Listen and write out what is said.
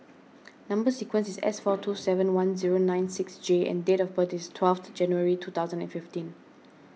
Number Sequence is S four two seven one zero nine six J and date of birth is twelfth January two thousand and fifteen